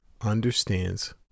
understands